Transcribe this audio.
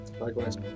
Likewise